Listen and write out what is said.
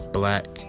black